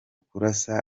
kurasa